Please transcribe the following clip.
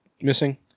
missing